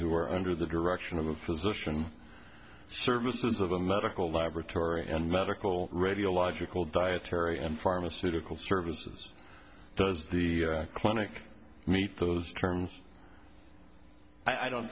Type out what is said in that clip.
who are under the direction of a physician services of a medical laboratory and medical radiological dietary and pharmaceutical services does the clinic meet those terms i don't